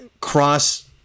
cross